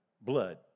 blood